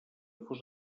fos